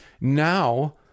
now